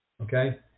okay